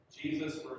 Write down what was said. Jesus